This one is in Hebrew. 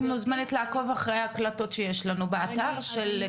את מוזמנת לעקוב אחרי ההקלטות שיש לנו באתר של הכנסת.